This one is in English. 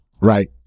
right